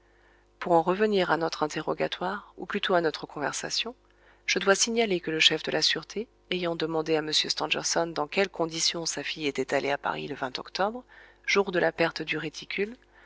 pour en revenir à notre interrogatoire ou plutôt à notre conversation je dois signaler que le chef de la sûreté ayant demandé à m stangerson dans quelles conditions sa fille était allée à paris le octobre jour de la perte du réticule